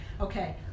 Okay